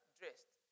dressed